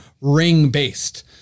ring-based